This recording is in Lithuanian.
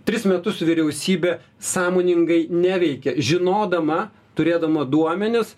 tris metus vyriausybė sąmoningai neveikė žinodama turėdama duomenis